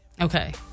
okay